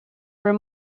raibh